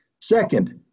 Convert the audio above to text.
Second